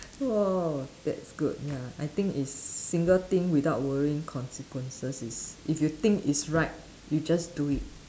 !whoa! that's good ya I think is single thing without worrying consequences is if you think it's right you just do it